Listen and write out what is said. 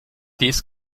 dies